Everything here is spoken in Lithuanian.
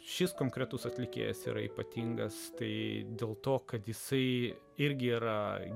šis konkretus atlikėjas yra ypatingas tai dėl to kad jisai irgi yra